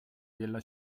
della